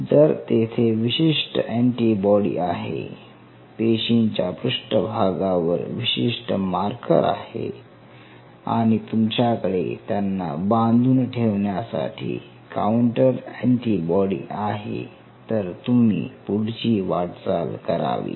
जर तेथे विशिष्ट अँटीबॉडी आहे पेशीच्या पृष्ठभागावर विशिष्ट मार्कर आहे आणि तुमच्याकडे त्यांना बांधून ठेवण्यासाठी काऊंटर अँटीबॉडी आहे तर तुम्ही पुढची वाटचाल करावी